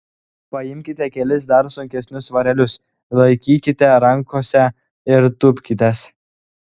paimkite kelis dar sunkesnius svarelius laikykite rankose ir tūpkitės